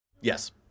Yes